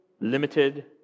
limited